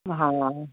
हा